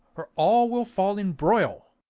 or all will fall in broil.